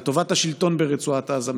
לטובת השלטון ברצועת עזה,